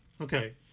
Okay